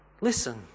listen